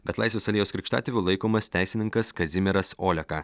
bet laisvės alėjos krikštatėviu laikomas teisininkas kazimieras oleka